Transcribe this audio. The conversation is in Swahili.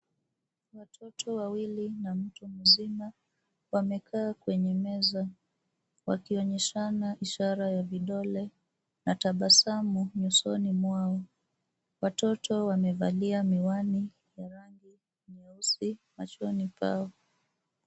Watoto wawili, na mtu mzima wamekaa kwenye meza, wakionyeshana ishara ya vidole, na tabasamu, nyusoni mwao. Watoto wamevalia miwani ya rangi nyeusi, machoni pao.